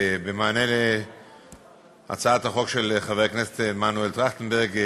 במענה על הצעת החוק של חבר הכנסת מנואל טרכטנברג,